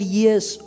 years